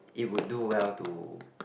it will do well to